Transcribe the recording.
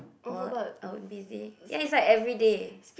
or I would busy ya it's like everyday